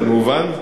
זה מובן?